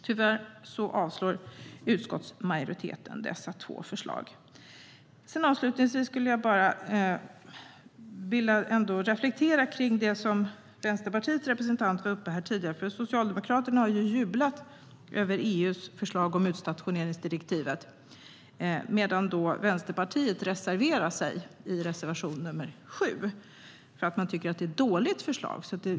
Tyvärr avslår utskottsmajoriteten dessa två förslag. Avslutningsvis vill jag bara reflektera över det som Vänsterpartiets representant sa här tidigare. Socialdemokraterna har ju jublat över EU:s förslag om utstationeringsdirektivet, medan Vänsterpartiet har reserverat sig i reservation 7 för att man tycker att det är ett dåligt förslag.